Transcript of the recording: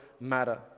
matter